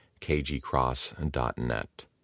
kgcross.net